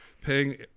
paying